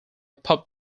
pub